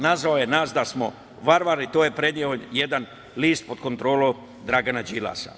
Nazvao je nas da smo varvari, to je preneo jedan list pod kontrolom Dragana Đilasa.